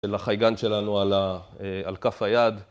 לחייגן שלנו על כף היד